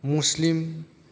मुस्लिम